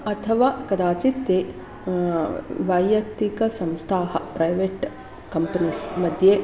अथवा कदाचित् ते वैयक्तिकसंस्थाः प्रैवेट् कम्पनीस्मध्ये